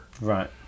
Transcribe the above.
right